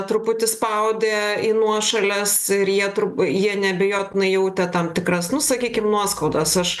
truputį spaudė į nuošales ir jie jie neabejotinai jautė tam tikras nu sakykim nuoskaudas aš